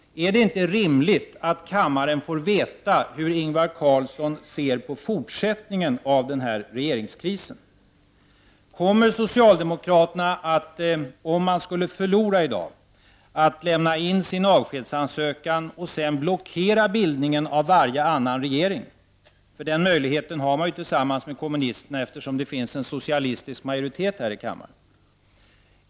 Är det inte rimligt att kammaren får veta hur Ingvar Carlsson ser på fortsättningen av denna regeringskris? Kommer socialdemokraterna, om de skulle förlora i dag, att lämna in sin avskedsansökan och sedan blockera bildningen av varje annan regering? Den möjligheten har de ju tillsammans med kommunisterna, eftersom det finns en socialistisk majoritet här i kammaren.